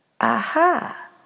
Aha